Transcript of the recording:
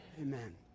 Amen